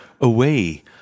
away